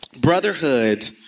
brotherhood